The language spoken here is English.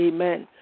Amen